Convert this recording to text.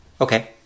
Okay